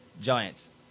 Giants